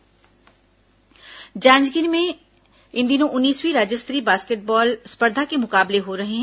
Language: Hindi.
जांजगीर बास्केटबॉल जांजगीर में इन दिनों उन्नीसवीं राज्य स्तरीय बास्केटबॉल स्पर्धा के मुकाबले हो रहे हैं